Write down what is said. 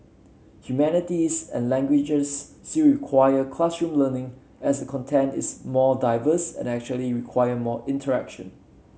humanities and languages still require classroom learning as the content is more diverse and usually require more interaction